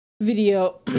video